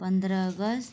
पन्द्रह अगस्त